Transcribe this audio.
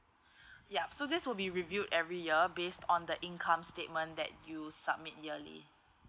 yup so this will be reviewed every year based on the income statement that you submit yearly